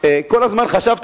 כל הזמן חשבת,